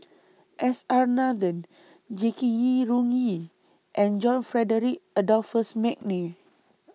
S R Nathan Jackie Yi Ru Ying and John Frederick Adolphus Mcnair